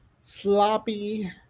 sloppy